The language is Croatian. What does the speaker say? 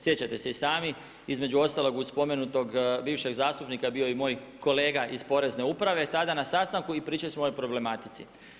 Sjećate se i sami između ostalog uz spomenutog bivšeg zastupnika, bio je i moj kolega iz Porezne uprave tada na sastanku i pričali smo o ovoj problematici.